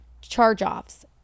charge-offs